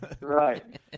right